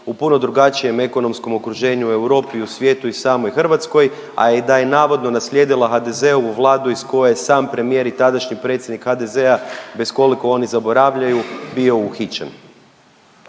u puno drugačijem ekonomskom okruženju u Europi i u svijetu i samoj Hrvatskoj, a i da je navodno naslijedila HDZ-ovu Vladu iz koje je sam premijer i tadašnji predsjednik HDZ-a bez koliko oni zaboravljaju, bio uhićen.